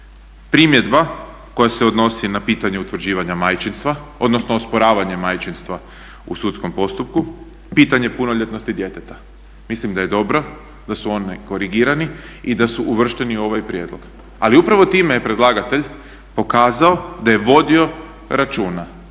Primjedba koja se odnosi na pitanje utvrđivanja majčinstva, odnosno osporavanje majčinstva u sudskom postupku, pitanje punoljetnosti djeteta, mislim da je dobro da su oni korigirani i da su uvršteni u ovaj prijedlog. Ali upravo time je predlagatelj pokazao da je vodio računa